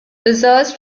results